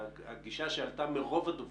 והגישה שעלתה מרוב הדוברים,